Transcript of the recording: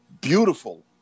beautiful